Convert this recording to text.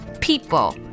people